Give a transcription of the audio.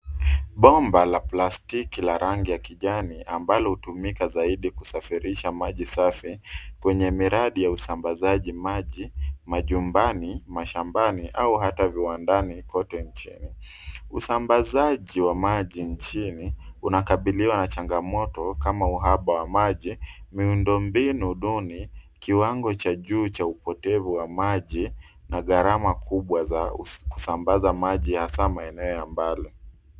Bomba la plastiki la rangi ya kijani ambalo utumika zaidi kusafirisha majisafi kwenye miradi ya usambazaji maji, majumbani, mashambani, au hata viwandani kote nchini. Usambazaji wa maji nchini unakabiliwa na changamoto kama uhaba wa maji miundombinu duni kiwango chajucha upotevu wa maji na garama kubwa za kusambaza maji hasa maenoe ya mbali.